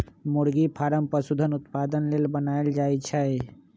मुरगि फारम पशुधन उत्पादन लेल बनाएल जाय छै